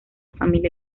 familia